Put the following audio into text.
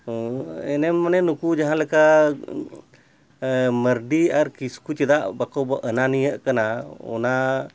ᱮᱱᱮᱢ ᱢᱟᱱᱮ ᱱᱩᱠᱩ ᱡᱟᱦᱟᱸ ᱞᱮᱠᱟ ᱢᱟᱨᱰᱤ ᱟᱨ ᱠᱤᱥᱠᱩ ᱪᱮᱫᱟᱜ ᱵᱟᱠᱚ ᱟᱱᱟᱱ ᱱᱤᱭᱟᱹᱜ ᱠᱟᱱᱟ ᱚᱱᱟ